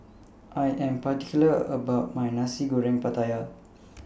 I Am particular about My Nasi Goreng Pattaya